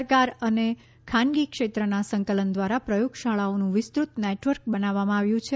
સરકાર અને ખાનગી ક્ષેત્રના સંકલન દ્વારા પ્રથોગશાળાઓનું વિસ્તૃત નેટવર્ક બનાવવામાં આવ્યું છે